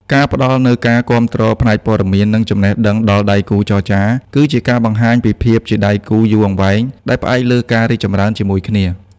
ការផ្តល់នូវការគាំទ្រផ្នែកព័ត៌មាន និងចំណេះដឹងដល់ដៃគូចរចា គឺជាការបង្ហាញពីភាពជាដៃគូយូរអង្វែងដែលផ្អែកលើការរីកចម្រើនជាមួយគ្នា។